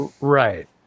Right